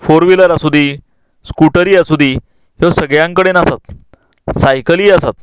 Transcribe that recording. for wheeler आसूंदी स्कूटरी आसूंदी ह्यो सगळ्यां कडेन आसात सायकलीय आसात